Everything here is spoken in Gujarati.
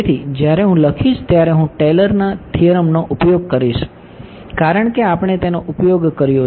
તેથી જ્યારે હું લખીશ ત્યારે હું ટેલર ના થિયરમ નો ઉપયોગ કરીશ કારણ કે આપણે તેનો ઉપયોગ કર્યો છે